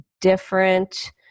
different